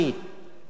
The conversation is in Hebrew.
זאת בעיה.